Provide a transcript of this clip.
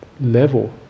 level